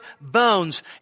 bones